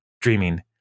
dreaming